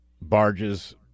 barges